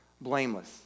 blameless